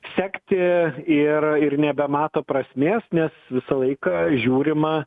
sekti ir ir nebemato prasmės nes visą laiką žiūrima